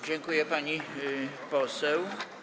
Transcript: Dziękuję, pani poseł.